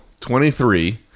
23